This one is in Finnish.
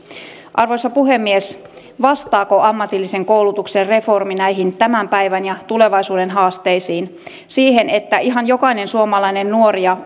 arvoisa puhemies vastaako ammatillisen koulutuksen reformi näihin tämän päivän ja tulevaisuuden haasteisiin siihen että ihan jokainen suomalainen nuori ja